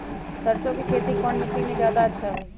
सरसो के खेती कौन मिट्टी मे अच्छा मे जादा अच्छा होइ?